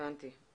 הבנתי.